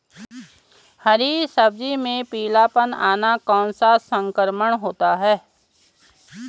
हरी सब्जी में पीलापन आना कौन सा संक्रमण होता है?